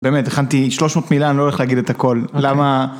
באמת, הכנתי 300 מילה, אני לא הולך להגיד את הכל, למה...